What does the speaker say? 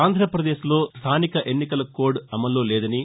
ఆంధ్రప్రదేశ్లో స్థానిక ఎన్నికల కోడ్ అమల్లో లేదని